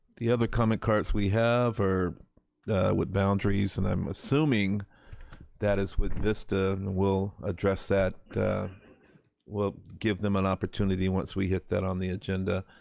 the other comment cards we have are with boundaries and i'm assuming that is what vista will address at, we'll we'll give them an opportunity once we hit that on the agenda.